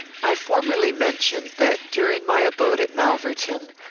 i formerly mentioned, that, during my abode at malverton,